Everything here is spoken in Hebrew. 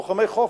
לוחמי חופש,